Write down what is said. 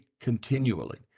continually